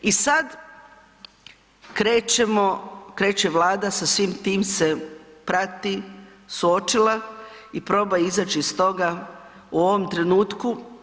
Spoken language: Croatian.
I sad krećemo, kreće Vlada sa svim tim se prati, suočila i proba izaći iz toga u ovom trenutku.